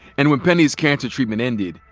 and when penny's cancer treatment ended,